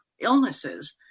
illnesses